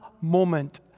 moment